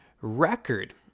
record